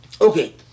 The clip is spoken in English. Okay